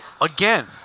Again